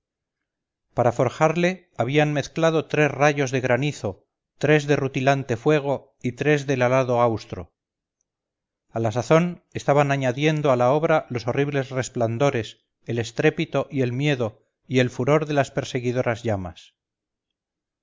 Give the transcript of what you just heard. para forjarle habían mezclado tres rayos de granizo tres de rutilante fuego y tres del alado austro a la sazón estaban añadiendo a la obra los horribles resplandores el estrépito y el miedo y el furor de las perseguidoras llamas